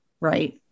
right